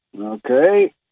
Okay